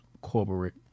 corporate